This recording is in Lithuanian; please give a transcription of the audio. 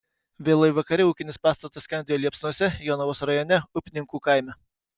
vėlai vakare ūkinis pastatas skendėjo liepsnose jonavos rajone upninkų kaime